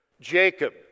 Jacob